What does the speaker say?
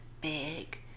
big